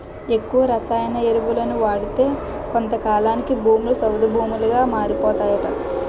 ఎక్కువ రసాయన ఎరువులను వాడితే కొంతకాలానికి భూములు సౌడు భూములుగా మారిపోతాయట